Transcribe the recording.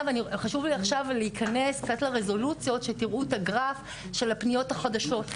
חשוב לי עכשיו להיכנס קצת לרזולוציות שתראו את הגרף של הפניות החדשות.